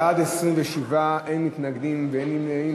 בעד, 27, אין מתנגדים ואין נמנעים.